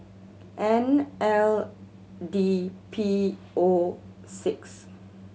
N L D P O six